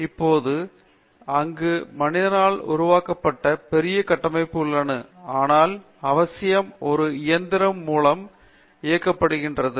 இப்போது அங்கு மனிதனால் உருவாக்கப்பட்ட பெரிய கட்டமைப்புகள் உள்ளன ஆனால் அவசியம் ஒரு இயந்திரம் மூலம் இயக்கப்படுகிறது